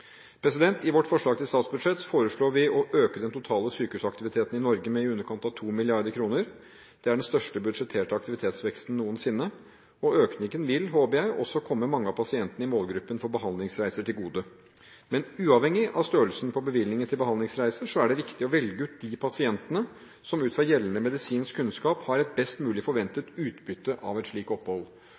I vårt forslag til statsbudsjett foreslår vi å øke den totale sykehusaktiviteten i Norge med i underkant av 2 mrd. kr. Det er den største budsjetterte aktivitetsveksten noensinne. Økningen vil, håper jeg, også komme mange av pasientene i målgruppen for behandlingsreiser til gode. Men uavhengig av størrelsen på bevilgningen til behandlingsreiser er det viktig å velge ut de pasientene som ut fra gjeldende medisinsk kunnskap har et best mulig forventet utbytte av et slikt opphold.